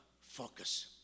focus